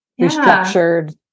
restructured